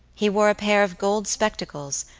he wore a pair of gold spectacles,